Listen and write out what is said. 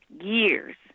Years